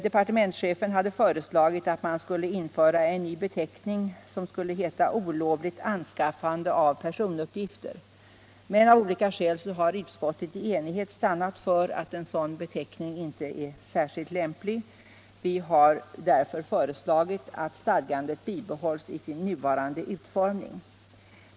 Departementschefen hade föreslagit att det skulle införas en ny beteckning, olovligt anskaffande av personuppgifter. Men av olika skäl har utskottet i enighet stannat för att en sådan beteckning inte är särskilt lämplig. Vi har därför föreslagit att stadgandet bibehålls i sin nuvarande utformning.